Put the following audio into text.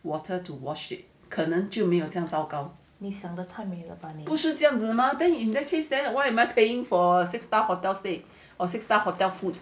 你想得太美了